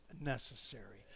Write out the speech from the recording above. necessary